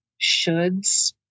shoulds